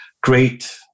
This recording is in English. great